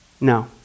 No